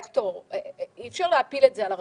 כסקטור אי אפשר להפיל את זה על הרשויות.